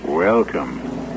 Welcome